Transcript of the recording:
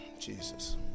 jesus